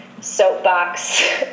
soapbox